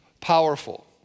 powerful